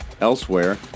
elsewhere